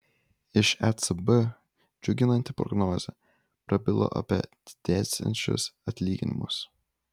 iš ecb džiuginanti prognozė prabilo apie didėsiančius atlyginimus